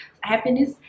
happiness